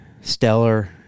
stellar